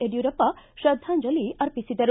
ಯಡ್ಕೂರಪ್ಪ ತ್ರದ್ವಾಂಜಲಿ ಅರ್ಪಿಸಿದರು